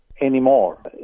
anymore